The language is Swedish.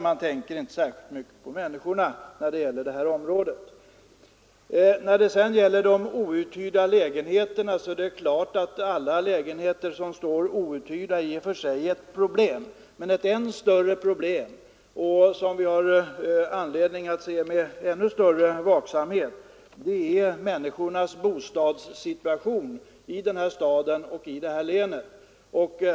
Centern tänker inte så särskilt mycket på människorna i området. Vad sedan de outhyrda lägenheterna beträffar är det klart att alla lägenheter som står outhyrda i och för sig utgör ett problem. Men ett ännu större problem, som vi har anledning följa med större vaksamhet, är människornas bostadssituation i denna stad och i detta län.